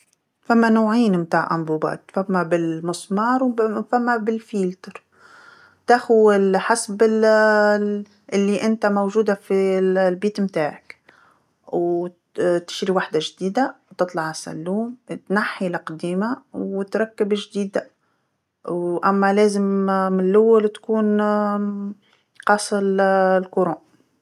فما نوعين متاع آمبوبات، فما بالمسمار وب- فما بالترشيح، تاخذ حسب اللي أنت موجوده في ال- البيت متاعك و ت- تشري وحده جديده وتطلع السلوم، تنحي القديمه وتركب الجديده وأما لازم من اللول تكون قاص ال- التيار.